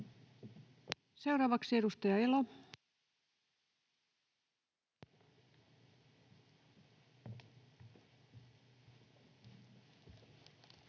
Seuraavaksi edustaja Elo.